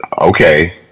Okay